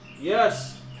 Yes